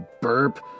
Burp